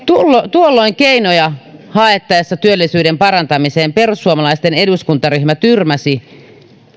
tuolloin siis jo vuoden kaksituhattaviisitoista hallitusohjelmaneuvotteluissa haettaessa keinoja työllisyyden parantamiseen perussuomalaisten eduskuntaryhmä tyrmäsi